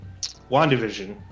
Wandavision